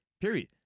period